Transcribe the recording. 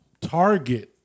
target